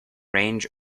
range